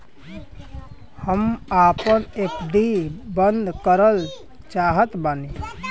हम आपन एफ.डी बंद करल चाहत बानी